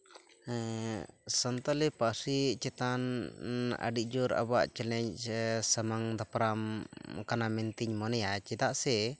ᱥᱟᱱᱛᱟᱞᱤ ᱯᱟᱹᱨᱥᱤ ᱪᱮᱛᱟᱱ ᱟᱹᱰᱤ ᱡᱳᱨ ᱟᱵᱚᱣᱟᱜ ᱪᱮᱞᱮᱧᱡᱽ ᱥᱟᱢᱟᱝ ᱫᱟᱯᱨᱟᱢ ᱠᱟᱱᱟ ᱢᱮᱱᱛᱤᱧ ᱢᱚᱱᱮᱭᱟ ᱪᱮᱫᱟᱜ ᱥᱮ